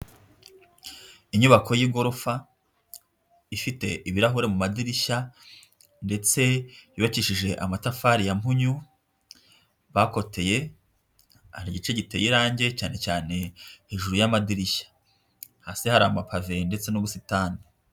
Inyubako y'igorofa, ifite ibirahure mu madirishya ndetse yubakishije amatafari ya mpunyu bakoteye, hari igice giteye irangi cyane cyane hejuru y'amadirishya, hasi hari amapave ndetse n'ubusitani.